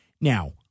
Now